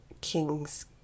Kings